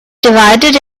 divided